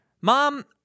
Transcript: Mom